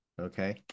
okay